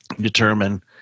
determine